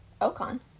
Ocon